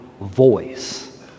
voice